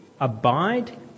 abide